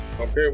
Okay